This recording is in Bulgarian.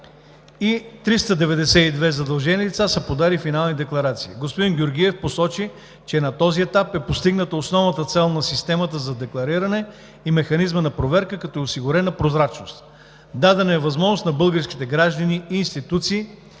и 392 задължени лица са подали финални декларации. Господин Георгиев посочи, че на този етап е постигната основната цел на системата на деклариране и механизма на проверката, като е осигурена прозрачност. Дадена е възможност на българските граждани и институции